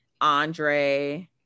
Andre